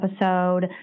episode